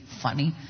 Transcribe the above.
funny